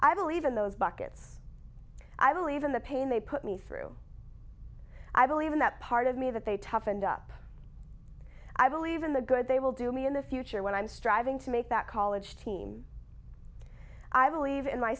i believe in those buckets i believe in the pain they put me through i believe in that part of me that they toughened up i believe in the good they will do me in the future when i'm striving to make that college team i believe in my